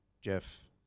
jeff